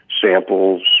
samples